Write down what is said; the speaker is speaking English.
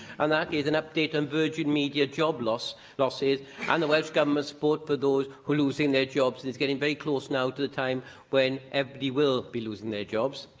and that is an update on virgin media job losses losses and the welsh government support for those who are losing their jobs, and it's getting very close now to the time when everybody will be losing their jobs.